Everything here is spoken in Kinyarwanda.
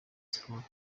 sports